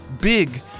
Big